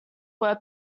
were